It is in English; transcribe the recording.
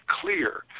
clear